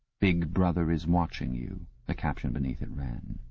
big brother is watching you, the caption beneath it ran.